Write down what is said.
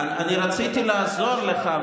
אני רציתי לעזור לך,